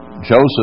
Joseph